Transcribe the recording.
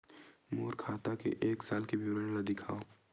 मोर खाता के एक साल के विवरण ल दिखाव?